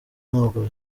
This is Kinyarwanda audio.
ntabwo